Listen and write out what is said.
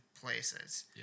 places